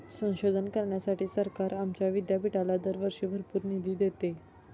संशोधन करण्यासाठी सरकार आमच्या विद्यापीठाला दरवर्षी भरपूर निधी देते